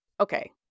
Okay